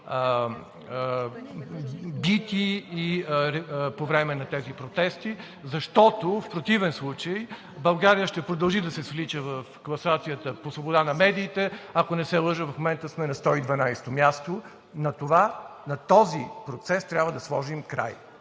бити по време на тези протести, защото в противен случай България ще продължи да се свлича в класацията по свобода на медиите и ако не се лъжа, в момента сме на 112-о място. На този процес трябва да сложим край!